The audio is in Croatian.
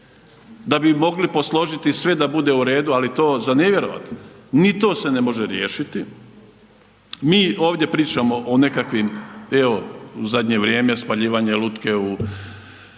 da bi mogli posložiti sve da bude u redu, ali to je za ne vjerovat ni to se ne može riješiti. Mi ovdje pričamo o nekakvim evo u zadnje vrijeme spaljivanje lutke u